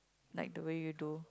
like the way you do